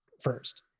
first